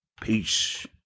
Peace